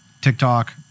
TikTok